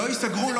לא ייסגרו.